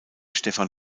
stephan